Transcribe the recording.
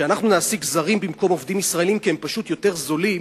שאנחנו נעסיק זרים במקום עובדים ישראלים כי הם פשוט יותר זולים,